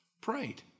prayed